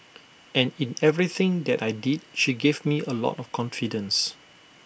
and in everything that I did she gave me A lot of confidence